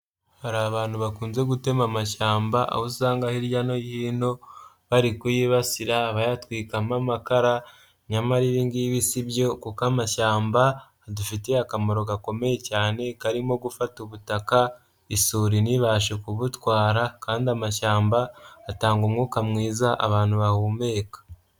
Hari abantu bakunze gutema amashyamba, aho usanga hirya no hino bari kuyibasira abayatwikamo amakara nyamara ibi ngibi sibyo kuko amashyamba adufitiye akamaro gakomeye cyane karimo gufata ubutaka isuri ntibashe kubutwara kandi amashyamba atanga umwuka mwiza abantu bahumeka.